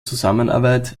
zusammenarbeit